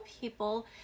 people